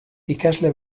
ikasle